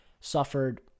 suffered